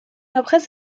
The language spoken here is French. après